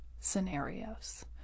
scenarios